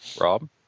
Rob